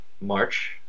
March